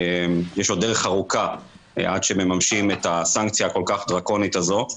יש עוד דרך ארוכה עד שמממשים את הסנקציה הכול-כך דרקונית הזאת.